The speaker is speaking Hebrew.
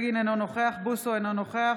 דוד אמסלם, אינו נוכח אופיר אקוניס,